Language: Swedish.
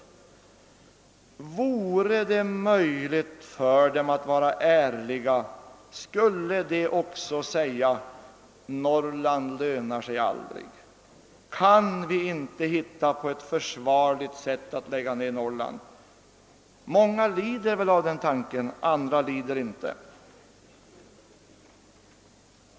Vore det möjligt för dem att vara ärliga, skulle de säga: Norrland lönar sig aldrig! Kan vi inte hitta på ett försvarligt sätt att lägga ned Norrland? Många lider väl av det — andra lider inte.